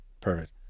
Perfect